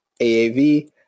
AAV